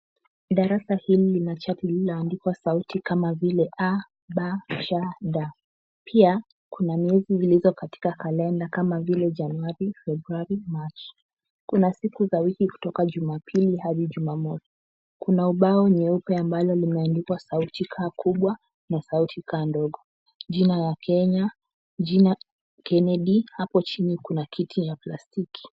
Darasa hili lina chati iliyoandikwa sauti kama vile A, Ba, Cha, Da. Pia, kuna miezi zilizo katika kalenda kama vile Januari, Februari, Machi. Kuna siku za wiki kutoka Jumapili hadi Jumamosi. Kuna ubao nyeupe ambalo limeandikwa sauti kaa kubwa na sauti kaa ndogo. Jina la Kenya, jina Kennedy, hapo chini kuna kiti ya plastiki.